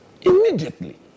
immediately